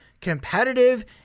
competitive